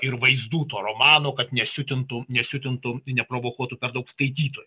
ir vaizdų to romano kad nesiutintų nesiutintų neprovokuotų per daug skaitytojų